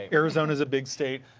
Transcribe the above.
arizona is a big state.